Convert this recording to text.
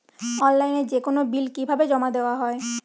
অনলাইনে যেকোনো বিল কিভাবে জমা দেওয়া হয়?